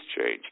change